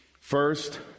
first